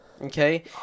Okay